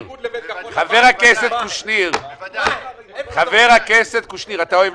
חבר הכנסת קושניר, לא אהבת שהוא הפריע לך.